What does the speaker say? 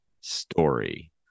story